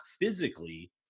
physically